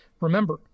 remember